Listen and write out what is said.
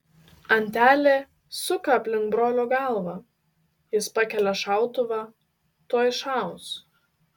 antelė suka aplink brolio galvą jis pakelia šautuvą tuoj šaus